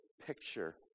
picture